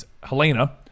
Helena